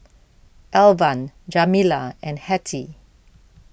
Alvan Jamila and Hattie